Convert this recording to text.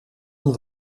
een